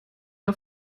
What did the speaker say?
auf